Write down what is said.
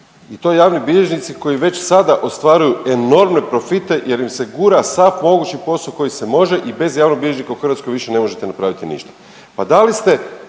I to javni bilježnici koji već sada ostvaruju enormne profite jer im se gura sav mogući posao koji se može i bez javnog bilježnika u Hrvatskoj više ne možete napraviti ništa.